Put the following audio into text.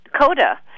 Coda